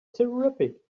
terrific